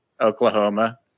oklahoma